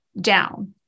down